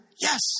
yes